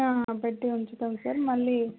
పెట్టి ఉంచుతాము సార్ మళ్ళీ